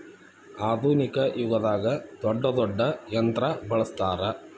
ಆದುನಿಕ ಯುಗದಾಗ ದೊಡ್ಡ ದೊಡ್ಡ ಯಂತ್ರಾ ಬಳಸ್ತಾರ